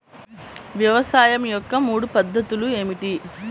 వ్యవసాయం యొక్క మూడు పద్ధతులు ఏమిటి?